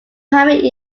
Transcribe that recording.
private